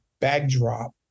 backdrop